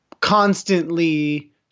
Constantly